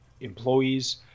employees